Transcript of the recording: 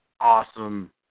awesome